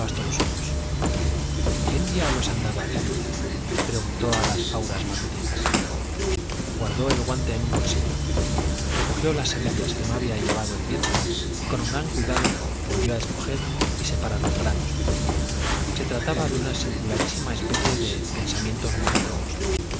los ojos quién diablos ha andado aquí preguntó a las auras matutinas guardó el guante en un bolsillo recogió las semillas que no había llevado el viento y con gran cuidado volvió a escoger y separar los granos se trataba de una singularísima especie de pensamientos monocromos